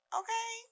okay